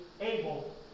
able